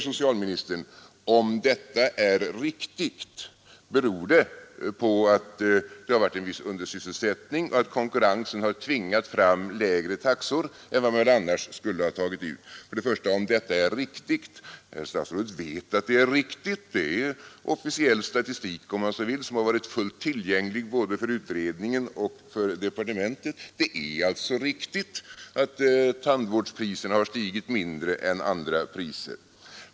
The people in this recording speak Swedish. Socialministern säger då att ”om detta är riktigt” beror det på att de var en viss undersysselsättning och att konkurrensen tvingat fram lägre taxor än vad man annars skulle ha tagit ut. Låt mig först kommentera orden ”Om detta är riktigt”. Herr statsrådet vet att det är riktigt. Det är officiell statistik, som har varit tillgänglig både för utredningen och för departementet. Det är alltså riktigt att tandvårdspriserna har stigit mindre än andra priser.